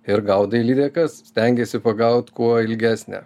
ir gaudai lydekas stengiesi pagaut kuo ilgesnę